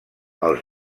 els